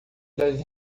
das